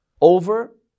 over